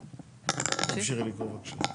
תמשיכי לקרוא בבקשה.